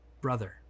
brother